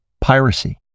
piracy